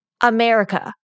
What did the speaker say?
America